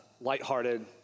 lighthearted